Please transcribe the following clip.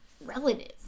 relative